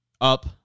up